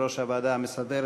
יושב-ראש הוועדה המסדרת,